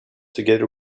together